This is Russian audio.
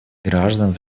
граждан